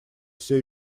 все